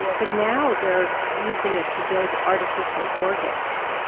but now they're using it to build artificial organs.